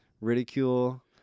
ridicule